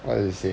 what does it say